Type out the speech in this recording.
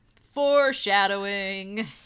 foreshadowing